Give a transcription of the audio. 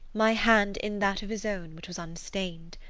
my hand in that of his own which was unstained.